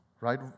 right